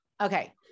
Okay